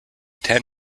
ten